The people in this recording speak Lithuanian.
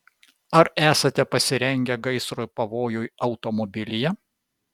ar esate pasirengę gaisro pavojui automobilyje